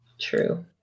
True